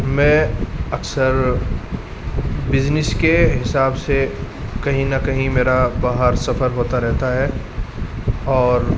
میں اکثر بزنس کے حساب سے کہیں نہ کہیں میرا باہر سفر ہوتا رہتا ہے اور